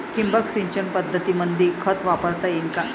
ठिबक सिंचन पद्धतीमंदी खत वापरता येईन का?